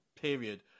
period